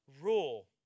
rule